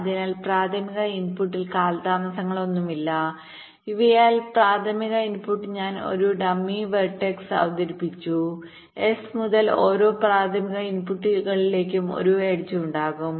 അതിനാൽ പ്രാഥമിക ഇൻപുട്ടിൽ കാലതാമസങ്ങളൊന്നുമില്ല ഇവയാണ് പ്രാഥമിക ഇൻപുട്ട് ഞാൻ ഒരു ഡമ്മി വെർട്ടക്സ്അവതരിപ്പിച്ചു s മുതൽ ഓരോ പ്രാഥമിക ഇൻപുട്ടുകളിലേക്കും ഒരു എഡ്ജ് ഉണ്ടാകും